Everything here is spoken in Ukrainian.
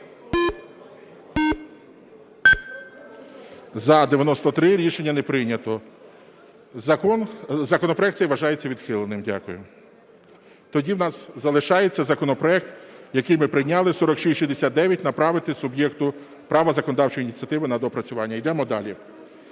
За-93 Рішення не прийнято. Законопроект цей вважається відхиленим, дякую. Тоді у нас залишається законопроект, який ми прийняли, 4669 направити суб'єкту права законодавчої ініціативи на доопрацювання. Йдемо далі.